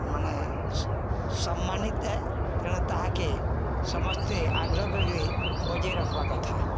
ମାନେ ସମ୍ମାନିତ ଏ ତେଣୁ ତାହାକେ ସମସ୍ତେ ଆଗ୍ରହ କରିକିରି ବଜେଇ ରଖ୍ବାର୍ କଥା